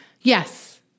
Yes